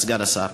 כבוד סגן השר.